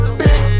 big